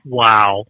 wow